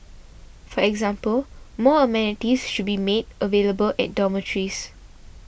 for example more amenities should be made available at dormitories